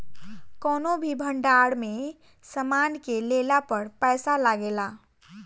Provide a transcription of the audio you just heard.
कौनो भी भंडार में सामान के लेला पर पैसा लागेला